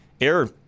air